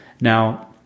Now